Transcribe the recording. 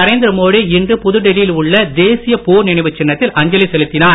நரேந்திர மோடி இன்று புதுடெல்லியில் உள்ள தேசிய போர் நினைவுச் சின்னத்தில் அஞ்சலி செலுத்தினார்